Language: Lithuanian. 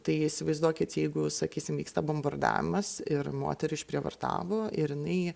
tai įsivaizduokit jeigu sakysim vyksta bombardavimas ir moterį išprievartavo ir jinai